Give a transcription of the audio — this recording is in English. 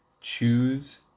Choose